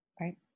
right